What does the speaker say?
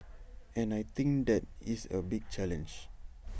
and I think that is A big challenge